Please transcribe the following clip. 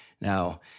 Now